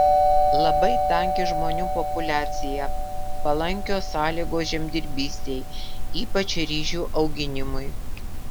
labai tanki žmonių populiacija palankios sąlygos žemdirbystei ypač ryžių auginimui